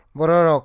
Borok